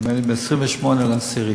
נדמה לי ב-28 באוקטובר.